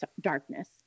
darkness